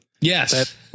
Yes